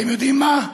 אתם יודעים מה,